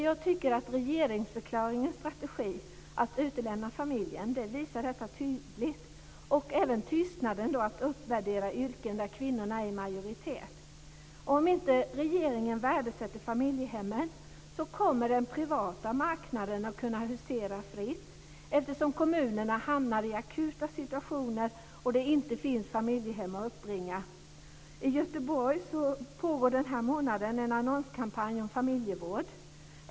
Jag tycker att regeringsförklaringens strategi, att utelämna familjen, visar detta tydligt liksom tystnaden att uppvärdera yrken där kvinnorna är i majoritet. Om inte regeringen värdesätter familjehemmen kommer den privata marknaden att kunna husera fritt, eftersom kommunerna hamnar i akuta situationer och det inte finns familjehem att uppbringa. I Göteborg pågår denna månad en annonskampanj om familjevård.